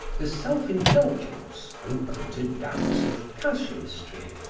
the self-indulgence open to doubts of casuistry,